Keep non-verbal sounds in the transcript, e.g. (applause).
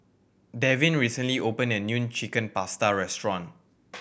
Devyn recently opened a new Chicken Pasta restaurant (noise)